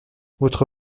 votre